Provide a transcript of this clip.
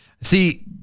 See